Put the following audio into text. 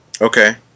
Okay